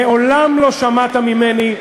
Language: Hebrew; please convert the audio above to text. מעולם לא שמעת ממני,